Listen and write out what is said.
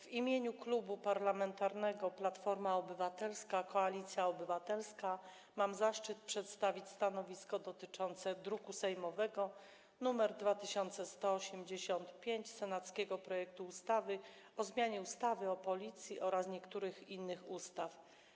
W imieniu Klubu Parlamentarnego Platforma Obywatelska - Koalicja Obywatelska mam zaszczyt przedstawić stanowisko dotyczące druku sejmowego nr 2185, senackiego projektu ustawy o zmianie ustawy o Policji oraz niektórych innych ustaw.